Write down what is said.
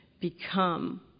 become